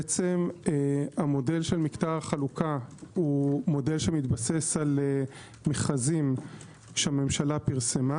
המודל של מקטע החלוקה מתבסס על מכרזים שהממשלה פרסמה